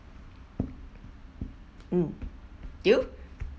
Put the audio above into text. mm you